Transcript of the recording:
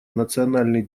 национальный